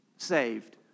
saved